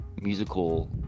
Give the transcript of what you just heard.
musical